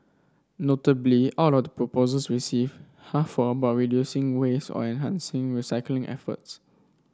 notably out of the proposals received half were about reducing waste or enhancing recycling efforts